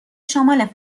شمال